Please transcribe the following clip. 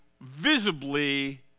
visibly